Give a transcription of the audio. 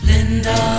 Linda